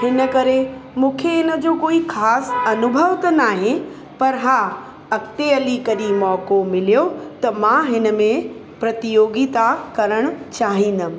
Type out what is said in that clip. हिन करे मूंखे हिन जो कोई ख़ासि अनुभव त न आहे पर हा अॻिते हली कॾहिं मौक़ो मिलियो त मां हिन में प्रतियोगिता करणु चाहींदमि